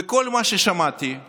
וכל מה ששמעתי הוא